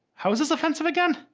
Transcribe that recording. how is this offensive again?